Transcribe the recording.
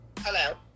Hello